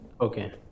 okay